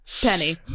Penny